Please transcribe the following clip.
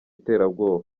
iterabwoba